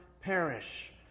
perish